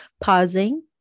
pausing